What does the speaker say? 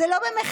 זה לא במחדל,